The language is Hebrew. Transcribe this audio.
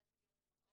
לחץ